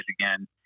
again